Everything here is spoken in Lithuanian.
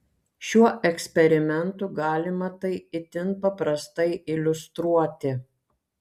šiuo eksperimentu galima tai itin paprastai iliustruoti